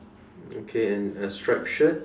okay and a striped shirt